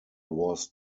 was